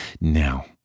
Now